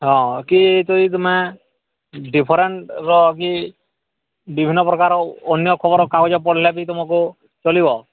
ହଁ କି ଯଦି ତୁମେ ଡିଫରେଣ୍ଟ୍ର ବି ବିଭିନ୍ନ ପ୍ରକାରର ଅନ୍ୟ ଖବର କାଗଜ ପଡ଼ିଲେ ବି ତୁମକୁ ଚଳିବ